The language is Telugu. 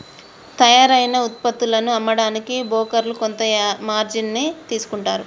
తయ్యారైన వుత్పత్తులను అమ్మడానికి బోకర్లు కొంత మార్జిన్ ని తీసుకుంటారు